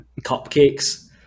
cupcakes